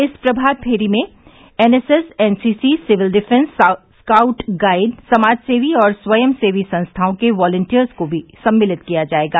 इस प्रभात फेरी में NSS NCC civil defence scout guide समाजसेवी और स्वयंसेवी संस्थाओं के वलटियर्स को सम्मिलित किया जायेगा